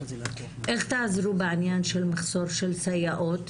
איך תעזרו בעניין של מחסור של סייעות?